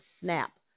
snap